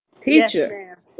teacher